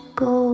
go